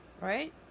right